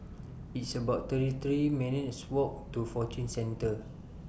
It's about thirty three minutes' Walk to Fortune Centre